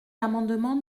l’amendement